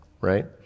right